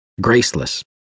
graceless